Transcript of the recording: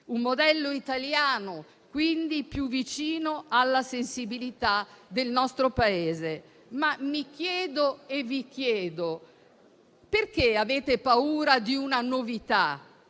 un modello italiano e, quindi, più vicino alla sensibilità del nostro Paese. Ma mi chiedo e vi chiedo perché avete paura di una novità.